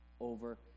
over